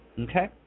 Okay